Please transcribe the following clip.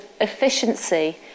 efficiency